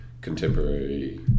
contemporary